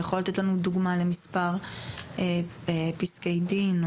אתה יכול לתת לי דוגמא למספר פסקי דין,